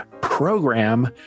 program